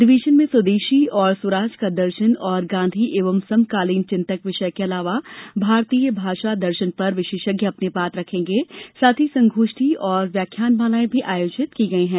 अधिवेशन में स्वदेशी और स्वराज का दर्शन और गांधी एवं समकालीन चिंतक विषय के अलावा भारतीय भाषा दर्शन पर विशेषज्ञ अपनी बात रखेगें साथ ही संगोष्ठी और व्याख्यानमालांए भी आयोजित की गयी है